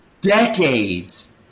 decades